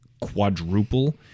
quadruple